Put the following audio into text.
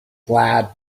glad